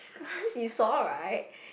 cause you saw right